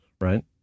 right